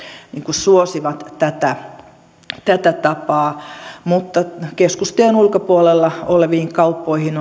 suosivat tätä tätä tapaa mutta keskustojen ulkopuolella oleviin kauppoihin